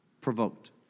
provoked